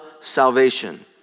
salvation